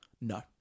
No